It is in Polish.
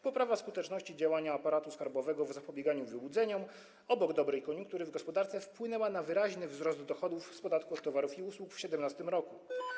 Poprawa skuteczności działania aparatu skarbowego w zapobieganiu wyłudzeniom, obok dobrej koniunktury w gospodarce, wpłynęła na wyraźny wzrost dochodów z podatku od towarów i usług w 2017 r.